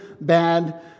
bad